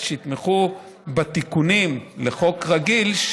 שיתמכו בתיקונים לחוק רגיל,